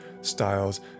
styles